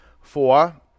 Four